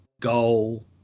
goal